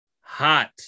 hot